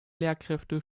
lehrkräfte